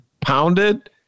pounded